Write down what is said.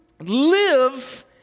live